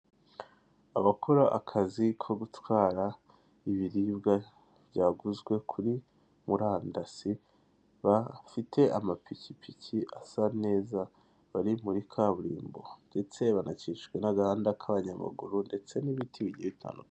Abakora akaz ko gutwara ibiribwa byaguzwe kuri murandasi, bafite amapikipiki asa neza bari muri kaburimbo ndetse bakikijwe n'agahanda k'abanyamaguru nd'etse n'biti bigiye bitandukanye.